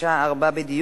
עברה בקריאה הראשונה.